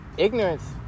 Ignorance